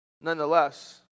nonetheless